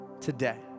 today